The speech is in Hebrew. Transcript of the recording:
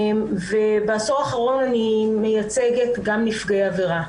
ובעשור האחרון אני מייצגת גם נפגעי עבירה.